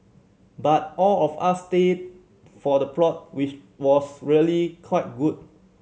but all of us stayed for the plot which was really quite good